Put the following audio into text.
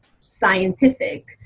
scientific